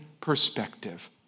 perspective